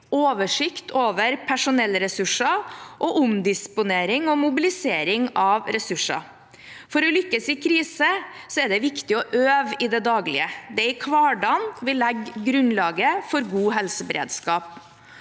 oversikt over personellressurser og omdisponering og mobilisering av ressurser. For å lykkes i kriser er det viktig å øve i det daglige. Det er i hverdagen vi legger grunnlaget for god helseberedskap.